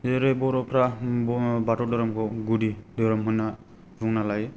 जेरै बर'फोरा बुङो बाथौ धोरोमखौ गुदि धोरोम होनना बुंना लायो